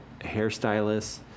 hairstylists